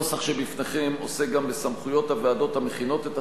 הנוסח שבפניכם עוסק גם בסמכויות הוועדות המכינות את